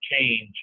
change